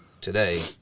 today